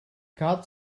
god